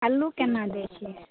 आलू केना दैत छियै